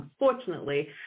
unfortunately